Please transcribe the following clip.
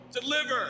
deliver